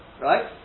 right